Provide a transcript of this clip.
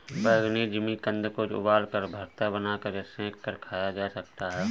बैंगनी जिमीकंद को उबालकर, भरता बनाकर या सेंक कर खाया जा सकता है